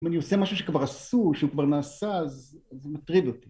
אם אני עושה משהו שכבר עשו, שהוא כבר נעשה, אז הוא מטריד אותי.